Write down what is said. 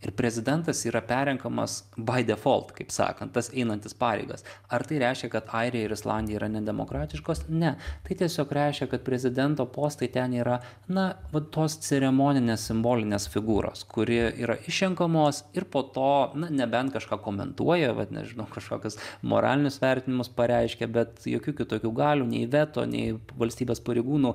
ir prezidentas yra perrenkamas baid defolt kaip sakant tas einantis pareigas ar tai reiškia kad airija ir islandija yra nedemokratiškos ne tai tiesiog reiškia kad prezidento postai ten yra na va tos ceremoninės simbolinės figūros kuri yra išrenkamos ir po to na nebent kažką komentuoja vat nežinau kažkokius moralinius vertinimus pareiškia bet jokių kitokių galių nei veto nei valstybės pareigūnų